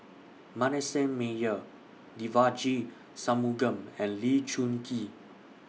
Manasseh Meyer Devagi Sanmugam and Lee Choon Kee